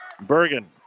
Bergen